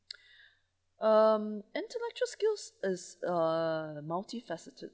um intellectual skills is ah multifaceted